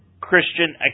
Christian